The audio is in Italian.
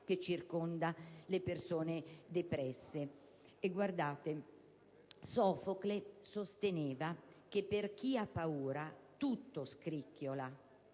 che circonda le persone depresse. Già Sofocle sosteneva che «per chi ha paura, tutto scricchiola».